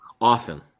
often